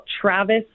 Travis